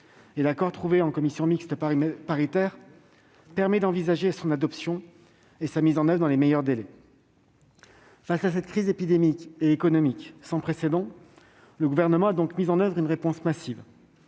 L'accord trouvé en commission mixte paritaire permet d'envisager l'adoption et la mise en oeuvre de ce texte dans les meilleurs délais. Ainsi, face à cette crise épidémique et économique sans précédent, le Gouvernement a mis en oeuvre une réponse massive.